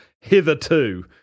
hitherto